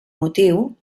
motiu